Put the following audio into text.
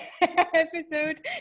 episode